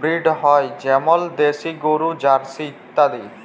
breed হ্য় যেমল দেশি গরু, জার্সি ইত্যাদি